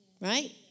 right